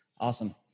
awesome